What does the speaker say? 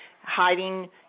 hiding